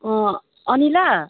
अँ अनिला